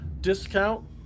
discount